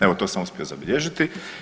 Evo to sam uspio zabilježiti.